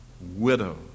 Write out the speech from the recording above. widow